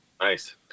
Nice